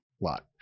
lot